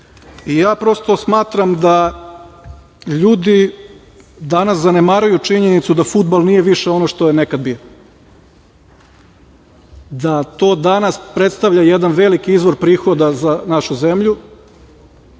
i prosto smatram da ljudi danas zanemaruju činjenicu da fudbal nije više ono što je nekad bio, da to danas predstavlja jedan veliki izvor prihoda za našu zemlju…